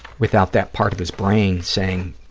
without that part of his brain saying,